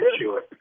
sure